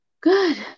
Good